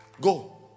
Go